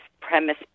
premise